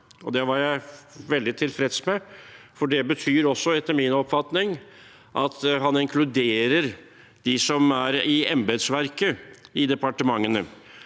Det var jeg veldig tilfreds med, for det betyr etter min oppfatning at han inkluderer dem som er i embetsverket i departementene,